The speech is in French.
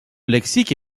lexique